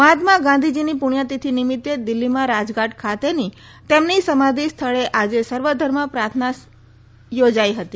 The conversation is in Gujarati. મહાત્મા ગાંધીજીની પુણ્યતીથી નિમિત્તે દિલ્હીમાં રાજઘાટ ખાતેની તેમની સમાધી સ્થળે આજે સર્વધર્મ પ્રાર્થના સભા યોજાઇ હતી